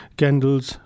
candles